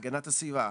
הגנת הסביבה,